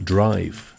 Drive